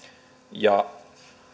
ja